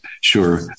sure